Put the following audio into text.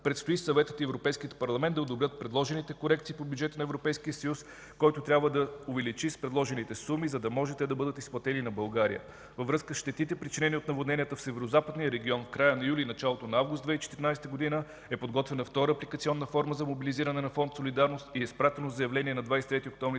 Предстои Съветът и Европейският парламент да одобрят предложените корекции по бюджета на Европейския съюз, който трябва да увеличи предложените суми, за да може те да бъдат изплатени на България. Във връзка с щетите, причинени от наводненията в Северозападния регион в края на месец юли и началото на месец август 2014 г., е подготвена втора апликационна форма за мобилизиране на Фонд „Солидарност” и е изпратено заявление на 23 октомври